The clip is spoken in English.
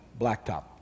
blacktop